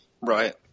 right